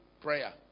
prayer